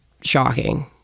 shocking